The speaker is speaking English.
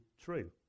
true